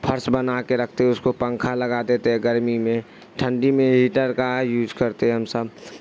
فرش بنا کے رکھتے اس کو پنکھا لگا دیتے ہیں گرمی میں ٹھنڈی میں ہیٹر کا یوز کرتے ہم سب